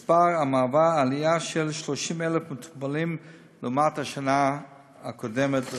מספר המהווה עלייה של כ-30,000 מטופלים לעומת השנה הקודמת לרפורמה.